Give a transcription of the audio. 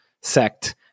sect